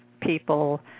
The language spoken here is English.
people